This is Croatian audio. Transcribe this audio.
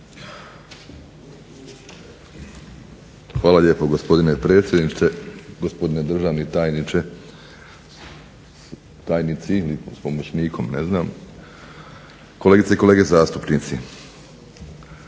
Hvala lijepo gospodine predsjedniče, gospodine državni tajniče, tajnici s pomoćnikom ne znam, kolegice i kolege zastupnici.